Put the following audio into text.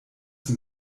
sie